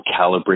calibrate